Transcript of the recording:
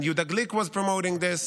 and Yehuda Glick promoted this.